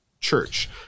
church